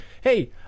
hey